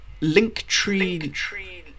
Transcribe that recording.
linktree